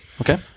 Okay